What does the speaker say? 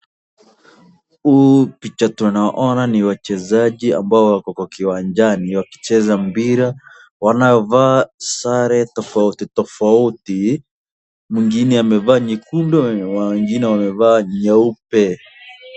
Huu picha tunaona ni wachezaji ambao wako kwa kiwanjani wakicheza mpira wanaovaa sare tofauti tofauti, mwingine amevaa nyekundu wengine wamevaa nyeupe.